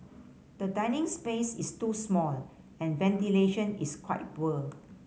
the dining space is too small and ventilation is quite poor